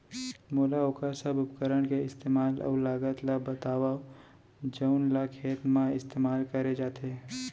मोला वोकर सब उपकरण के इस्तेमाल अऊ लागत ल बतावव जउन ल खेत म इस्तेमाल करे जाथे?